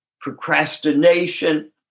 procrastination